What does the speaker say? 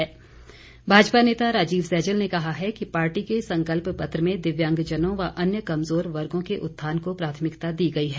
सैजल भाजपा नेता राजीव सहजल ने कहा है कि पार्टी के संकल्प पत्र में दिव्यांगजनों व अन्य कमजोर वर्गो के उत्थान को प्राथमिकता दी गई है